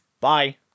Bye